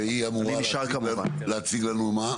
שהיא אמורה להציג לנו מה?